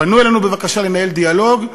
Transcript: פנו אלינו בבקשה לנהל דיאלוג,